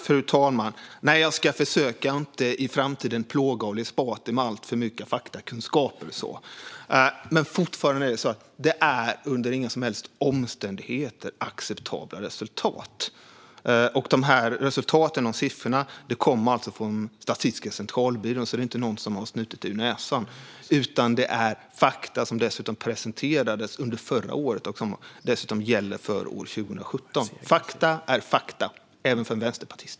Fru talman! Jag ska i framtiden försöka att inte plåga Ali Esbati med alltför mycket faktakunskaper. Fortfarande är det under inga som helst omständigheter acceptabla resultat. Siffrorna kommer från Statistiska centralbyrån, så det är inte någon som har snutit dem ur näsan. Det är fakta som presenterades under förra året, och de gäller 2017. Fakta är fakta, även för en vänsterpartist.